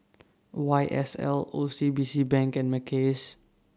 Y S L O C B C Bank and Mackays